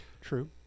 true